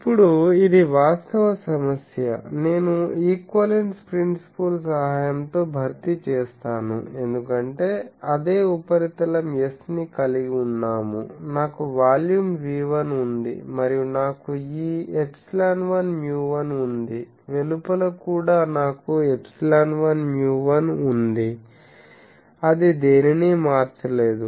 ఇప్పుడు ఇది వాస్తవ సమస్య నేను ఈక్వివలెన్స్ ప్రిన్సిపుల్ సహాయంతో భర్తీ చేస్తాను ఎందుకంటే అదే ఉపరితలం S ని కలిగి ఉన్నాము నాకు వాల్యూమ్ V1 ఉంది మరియు నాకు ఈ ε1 μ1 ఉంది వెలుపల కూడా నాకు ε1 μ1 ఉంది అది దేనినీ మార్చలేదు